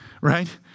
right